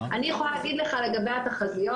אני יכולה להגיד לך לגבי התחזיות,